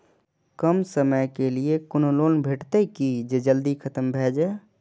कम समय के लीये कोनो लोन भेटतै की जे जल्दी खत्म भे जे?